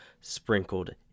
sprinkled